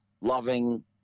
loving